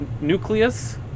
Nucleus